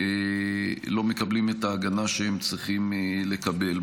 לא מקבלים את ההגנה שהם צריכים לקבל.